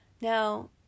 Now